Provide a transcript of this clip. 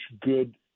good